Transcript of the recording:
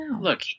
look